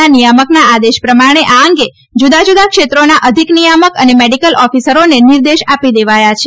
ના નિયામકનાં આદેશ પ્રમાણે આ અંગે જુદા જુદા ક્ષેત્રોના અધિક નિયામક અને મેડિકલ ઓફિસરોને નિર્દેશ આપી દેવાયા છે